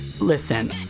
Listen